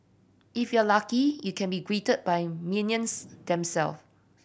if you're lucky you can be greeted by minions themself